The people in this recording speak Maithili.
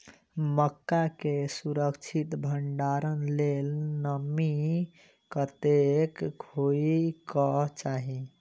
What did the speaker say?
मक्का केँ सुरक्षित भण्डारण लेल नमी कतेक होइ कऽ चाहि?